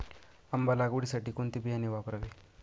आंबा लागवडीसाठी कोणते बियाणे वापरावे?